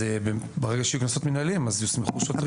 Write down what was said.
וברגע שיהיו קנסות מינהליים, יוסמכו שוטרים.